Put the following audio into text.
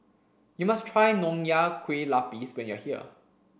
you must try Nonya Kueh Lapis when you are here